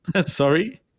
Sorry